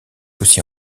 aussi